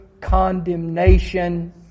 condemnation